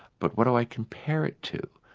but what do i compare it to?